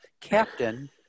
Captain